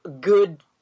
good